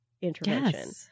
intervention